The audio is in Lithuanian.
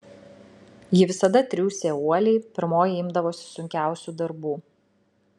ji visada triūsė uoliai pirmoji imdavosi sunkiausių darbų